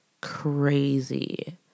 crazy